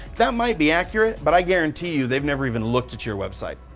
that might be accurate, but i guarantee you, they've never even looked at your website.